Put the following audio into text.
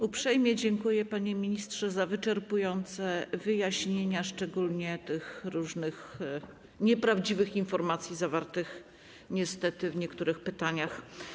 Uprzejmie dziękuję, panie ministrze, za wyczerpujące wyjaśnienia, szczególnie dotyczące tych różnych nieprawdziwych informacji zawartych niestety w niektórych pytaniach.